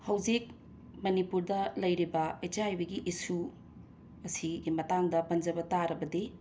ꯍꯧꯖꯤꯛ ꯃꯅꯤꯄꯨꯔꯗ ꯂꯩꯔꯤꯕ ꯑꯩꯠꯆ ꯑꯥꯏ ꯕꯤꯒꯤ ꯏꯁꯨ ꯑꯁꯤꯒꯤ ꯃꯇꯥꯡꯗ ꯄꯟꯖꯕ ꯇꯥꯔꯕꯗꯤ